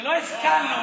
שלא השכלנו,